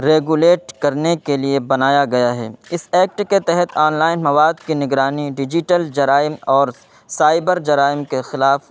regulate کرنے کے لیے بنایا گیا ہے اس ایکٹ کے تحت آن لائن مواد کے نگرانی ڈیجیٹل جرائم اور سائبر جرائم کے خلاف